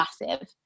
massive